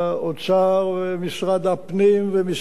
משרד הפנים ומשרד הביטחון,